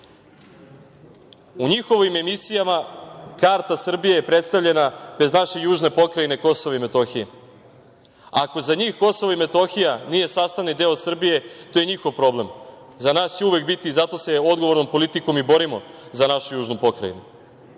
u njihovim emisijama karta Srbije je predstavljena bez naše južne pokrajine Kosova i Metohije. Ako za njih Kosovo i Metohija nije sastavni deo Srbije, to je njihov problem, za nas će uvek biti i zato se odgovornom politikom i borimo za našu južnu pokrajinu. Ljudi